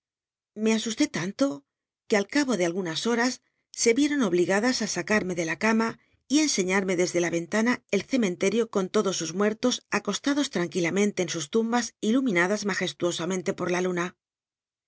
asusté tan to que al cabo de algunas horas se l'ieron obligadas á sacarme de la cama y enseiíanne desde la entana el cementerio con todos sus mue os acostados tranquilamente en sus tumbas ilumil nadas majestuosamente por la luna